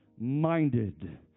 minded